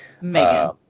Megan